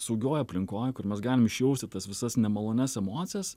saugioj aplinkoj kur mes galim išjausti tas visas nemalonias emocijas